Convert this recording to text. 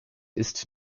ist